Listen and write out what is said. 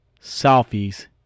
selfies